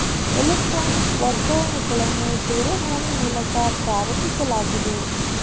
electronic ವರ್ಗಾವಣೆಗಳನ್ನು ದೂರವಾಣಿ ಮೂಲಕ ಪ್ರಾರಂಭಿಸಲಾಗಿದೆ